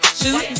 shoot